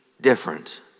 different